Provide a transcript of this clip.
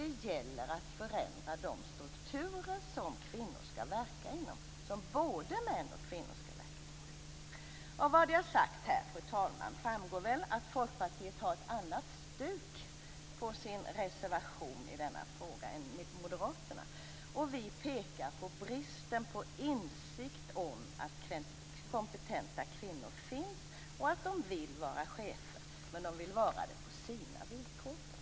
Det gäller att förändra de strukturer som kvinnor skall verka inom, som både män och kvinnor skall verka inom. Av det jag har sagt här, fru talman, framgår väl att Folkpartiet har ett annat stuk på sin reservation i denna fråga än Moderaterna. Vi pekar på bristen på insikt i att kompetenta kvinnor finns och att de vill vara chefer. Men de vill vara det på sina villkor.